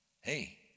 hey